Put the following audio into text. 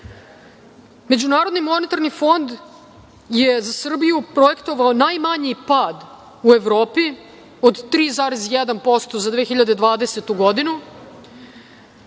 Nemačka.Međunarodni monetarni fond je za Srbiju projektovao najmanji pad u Evropi od 3,1% za 2020. godinu